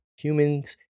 Humans